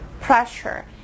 pressure